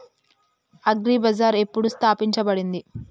Agri Bazaar ఎప్పుడు స్థాపించబడింది?